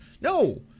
No